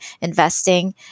investing